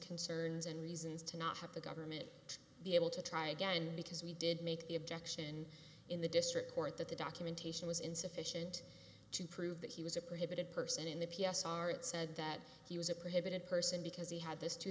concerns and reasons to not have the government be able to try again because we did make the objection in the district court that the documentation was insufficient to prove that he was a prohibited person in the p s r it said that he was a prohibited person because he had this two